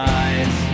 eyes